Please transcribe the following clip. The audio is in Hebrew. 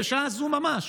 בשעה הזו ממש,